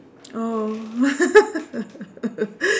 oh